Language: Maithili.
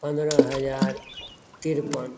पन्द्रह हजार तिरपन